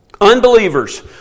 Unbelievers